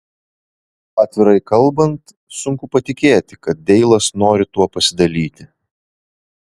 atvirai kalbant sunku patikėti kad deilas nori tuo pasidalyti